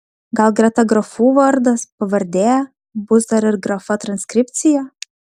gal greta grafų vardas pavardė bus dar ir grafa transkripcija